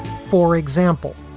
for example,